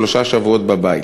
שלושה שבועות בבית,